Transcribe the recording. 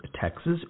Texas